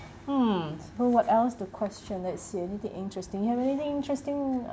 hmm so what else the question let's see anything interesting you have anything interesting